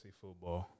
football